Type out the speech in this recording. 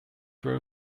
her